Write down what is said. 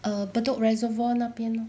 err bedok reservoir 那边